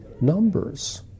numbers